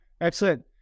Excellent